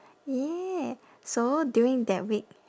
ya so during that week